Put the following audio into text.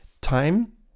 time